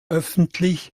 öffentlich